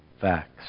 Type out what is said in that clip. facts